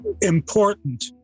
important